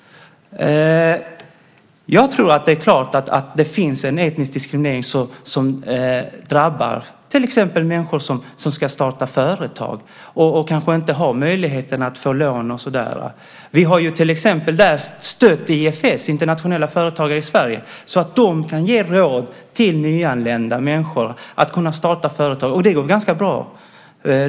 Det är klart att det finns en etnisk diskriminering som drabbar till exempel människor som ska starta företag och kanske inte har möjligheten att få lån. Vi har till exempel där stött IFS, Internationella företagare i Sverige, så att de kan ge råd till nyanlända människor när det gäller att kunna starta företag. Det går ganska bra.